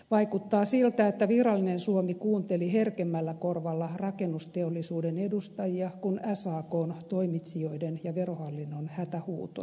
vaikuttaa siltä että virallinen suomi kuunteli herkemmällä korvalla rakennusteollisuuden edustajia kuin sakn toimitsijoiden ja verohallinnon hätähuutoja